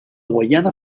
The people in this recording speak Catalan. guaiana